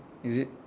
is it